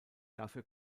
dafür